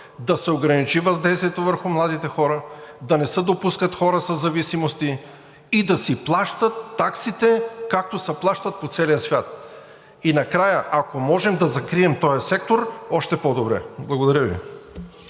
да се ограничи въздействието върху младите хора, да не се допускат хора със зависимости, да си плащат таксите, както се плащат по целия свят. Накрая, ако можем да закрием този сектор, още по-добре. Благодаря Ви.